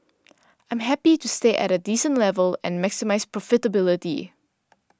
I'm happy to stay at a decent level and maximise profitability